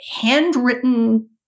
handwritten